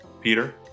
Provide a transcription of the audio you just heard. Peter